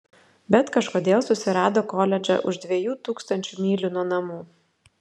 bet kažkodėl susirado koledžą už dviejų tūkstančių mylių nuo namų